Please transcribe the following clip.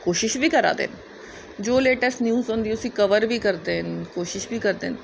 कोशिश बी करादे न जो लेटैसट न्यूज होआ दी उसी कबर बी करादे न ते कोशिश बी करदे न